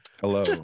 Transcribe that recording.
Hello